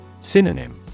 Synonym